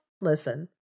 listen